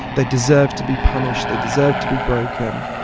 they deserved to be punished, they deserved to be broken.